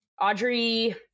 Audrey